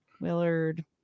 Willard